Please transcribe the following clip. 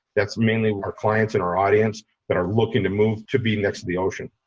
that's mainly where clients in our audience that are looking to move to be next to the ocean.